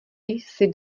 jsi